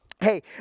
hey